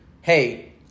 hey